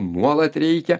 nuolat reikia